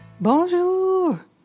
Bonjour